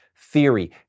theory